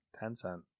Tencent